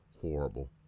horrible